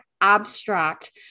abstract